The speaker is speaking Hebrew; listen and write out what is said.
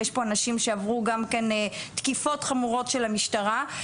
יש פה אנשים שעברו גם כן תקיפות חמורות של המשטרה.